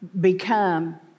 become